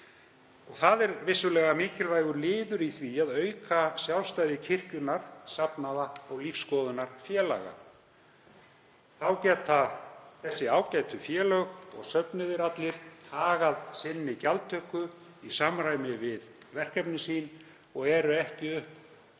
Það er mikilvægur liður í því að auka sjálfstæði kirkjunnar, safnaða og lífsskoðunarfélaga. Þá geta þessi ágætu félög, og söfnuðir allir, hagað gjaldtöku sinni í samræmi við verkefni sín og eru ekki upp